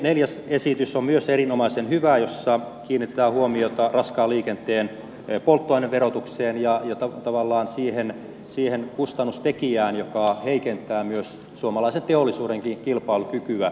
erinomaisen hyvä on myös neljäs esitys jossa kiinnitetään huomiota raskaan liikenteen polttoaineverotukseen ja tavallaan siihen kustannustekijään joka heikentää myös suomalaisen teollisuudenkin kilpailukykyä